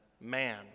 man